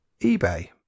eBay